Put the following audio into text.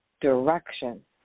direction